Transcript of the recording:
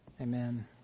Amen